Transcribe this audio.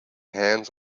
hands